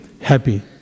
happy